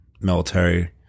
military